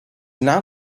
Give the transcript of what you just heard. now